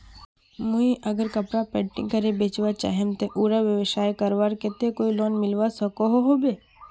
मुई अगर कपड़ा पेंटिंग करे बेचवा चाहम ते उडा व्यवसाय करवार केते कोई लोन मिलवा सकोहो होबे?